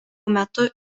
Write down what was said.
metu